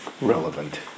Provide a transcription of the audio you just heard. relevant